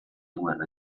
guerre